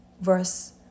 verse